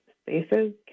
spaces